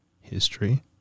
history